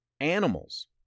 animals